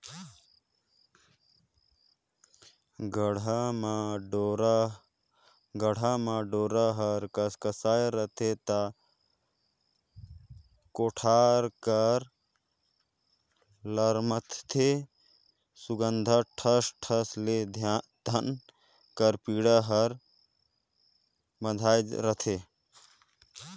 गाड़ा म डोरा हर कसकसाए रहथे ता कोठार कर लमरत ले सुग्घर ठस ठस ले धान कर बीड़ा हर बंधाए रहथे